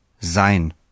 sein